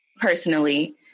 personally